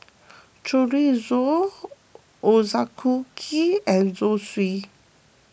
Chorizo and Zosui